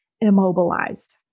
immobilized